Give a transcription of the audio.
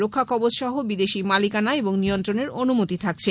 রক্ষাকবচ সহ বিদেশী মালিকানা এবং নিয়ন্ত্রণের অনুমতি থাকছে